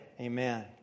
amen